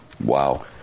Wow